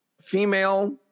female